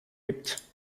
gibt